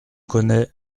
connais